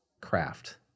craft